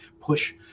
push